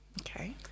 okay